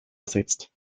ersetzt